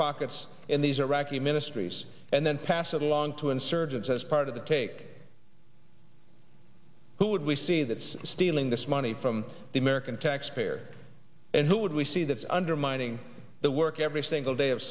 pockets in these iraqi ministries and then pass it along to insurgents as part of the take who would we see that's stealing this money from the american taxpayer and who would we see that's undermining the work every single day of